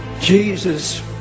Jesus